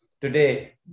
today